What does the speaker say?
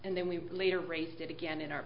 and then we later raised it again in our